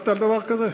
שמעת על דבר כזה?